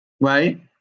right